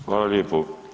Hvala lijepo.